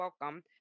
welcome